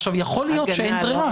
עכשיו יכול להיות שאין ברירה.